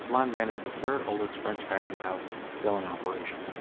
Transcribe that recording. lanvin is the third oldest french fashion house still in operation.